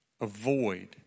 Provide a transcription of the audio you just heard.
Avoid